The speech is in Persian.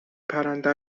پرنده